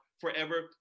forever